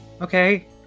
Okay